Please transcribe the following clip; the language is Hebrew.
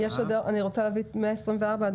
אני רוצה להביא להצבעה את תקנות מספר 124 עד